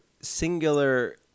singular